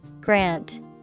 Grant